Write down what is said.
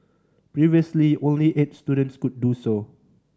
previously only eight students could do so